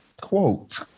quote